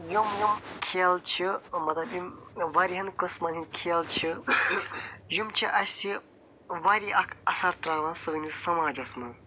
یِم کھیل چھِ مطلب یِم واریاہن قٕسمن ہٕنٛدۍ کھیل چھِ یِم چھِ اسہِ واریاہ اکھ اثر تراوان سٲنِس سماجس منٛز